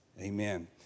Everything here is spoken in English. amen